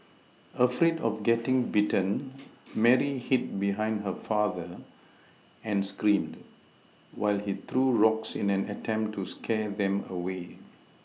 afraid of getting bitten Mary hid behind her father and screamed while he threw rocks in an attempt to scare them away